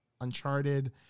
Uncharted